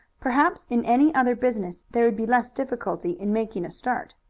perhaps in any other business there would be less difficulty in making a start.